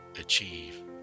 achieve